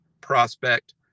prospect